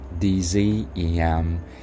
DZEM